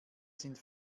sind